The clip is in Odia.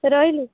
ରହିଲି